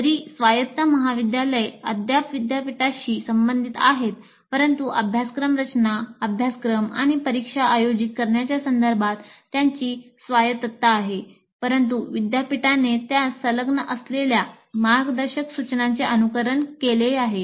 जरी स्वायत्त महाविद्यालय अद्याप विद्यापीठाशी संबंधित आहेत परंतु अभ्यासक्रम रचना अभ्यासक्रम आणि परीक्षा आयोजित करण्याच्या संदर्भात त्यांची स्वायत्तता आहे परंतु विद्यापीठाने त्यास संलग्न असलेल्या मार्गदर्शक सूचनांचे अनुसरण केले आहे